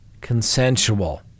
consensual